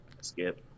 Skip